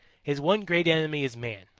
his one great enemy is man.